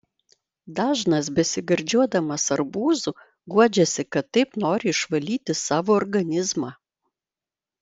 dažnas besigardžiuodamas arbūzu guodžiasi kad taip nori išvalyti savo organizmą